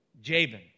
Jabin